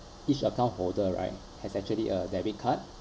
each account holder right has actually a debit card